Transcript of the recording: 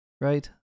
Right